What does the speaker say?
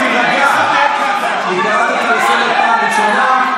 חבר הכנסת קריב, אני קורא אותך לסדר פעם ראשונה.